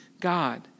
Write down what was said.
God